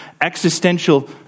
existential